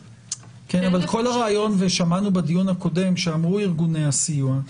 שמענו בדיון הקודם שאמרו ארגוני הסיוע,